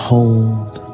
Hold